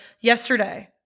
yesterday